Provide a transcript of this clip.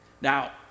Now